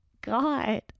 god